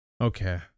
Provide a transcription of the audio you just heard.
Okay